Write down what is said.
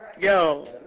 Yo